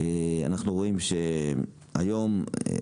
תמיד